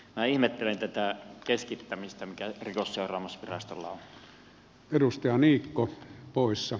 minä ihmettelen tätä keskittämistä mikä rikosseuraamusvirastolla on